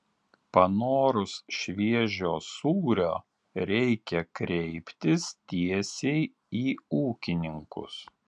panorus šviežio sūrio reikia kreiptis tiesiai į ūkininkus